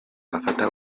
afata